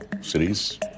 cities